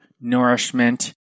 nourishment